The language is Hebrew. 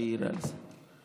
שהעירה על זה.